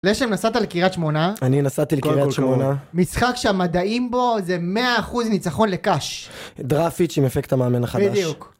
לשם, נסעת לקריית שמונה. אני נסעתי לקריית שמונה. משחק שהמדעים בו זה 100% ניצחון לקאש. דראפיץ' עם אפקט המאמן החדש. בדיוק.